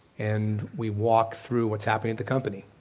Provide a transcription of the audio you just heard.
and we walk through what's happening at the company,